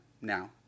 Now